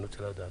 אני רוצה לדעת,